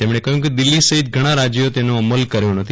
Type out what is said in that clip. તેમણે કહ્યું કે દિલ્હી સહિત ઘણા રાજ્યોએ તેનો અમલ કર્યો નથી